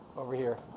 over here.